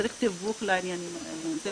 צריך תיווך לעניינים האלה.